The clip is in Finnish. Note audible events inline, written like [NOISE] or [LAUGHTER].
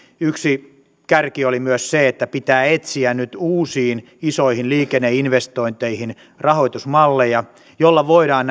yksi kärki oli myös se että pitää etsiä nyt uusiin isoihin liikenneinvestointeihin rahoitusmalleja joilla voidaan [UNINTELLIGIBLE]